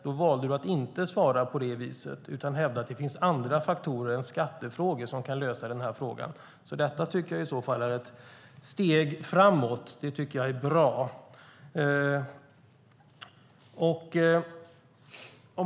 Då valde du att inte svara på det viset utan hävdade att det finns andra faktorer än skattefrågor som kan lösa frågan. Detta är i så fall ett steg framåt. Det är bra.